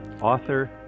Author